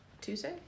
Tuesday